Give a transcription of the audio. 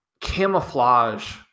camouflage